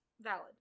valid